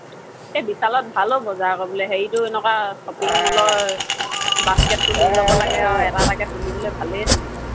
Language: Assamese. এই বিশালত ভালো বজাৰ কৰিবলৈ হেৰিটো এনেকুৱা শ্বপিং মলৰ বাস্কেটটো লৈ যাব লাগে আৰু এটা এটাকৈ তুলিবলৈ ভালেই তেনেকৈ